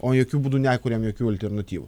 o jokiu būdu nekuriam jokių alternatyvų